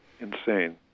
Insane